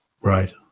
Right